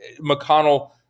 McConnell